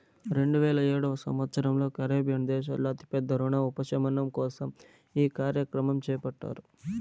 రెండువేల ఏడవ సంవచ్చరంలో కరేబియన్ దేశాల్లో అతి పెద్ద రుణ ఉపశమనం కోసం ఈ కార్యక్రమం చేపట్టారు